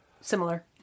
similar